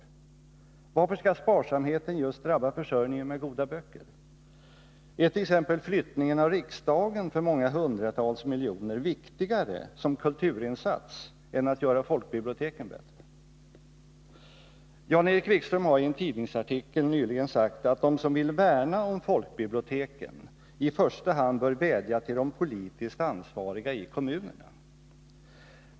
Varför skall sparsamheten drabba just försörjningen med goda böcker? Är t.ex. flyttningen av riksdagen för många hundratals miljoner viktigare som kulturinsats än att att göra folkbiblioteken bättre? Jan-Erik Wikström har nyligen i en tidningsartikel sagt att de som vill värna om folkbiblioteken i första hand bör vädja till de politiskt ansvariga i kommunerna.